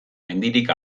mendirik